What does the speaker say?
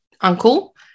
uncle